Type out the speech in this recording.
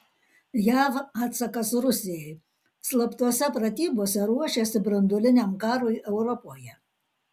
jav atsakas rusijai slaptose pratybose ruošėsi branduoliniam karui europoje